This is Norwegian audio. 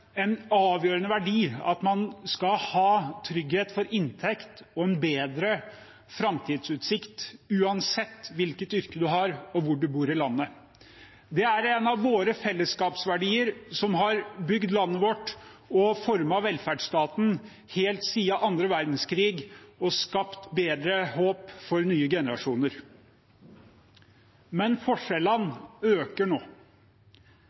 en avgjørende verdi at man skal ha trygghet for inntekt og en bedre framtidsutsikt uansett hvilket yrke man har, og hvor man bor i landet. Det er en av våre fellesskapsverdier, som har bygd landet vårt og formet velferdsstaten helt siden annen verdenskrig og skapt bedre håp for nye generasjoner. Men forskjellene øker nå.